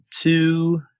two